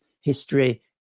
History